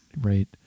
Right